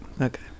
Okay